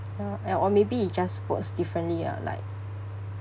err or maybe it just works differently ah like